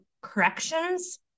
corrections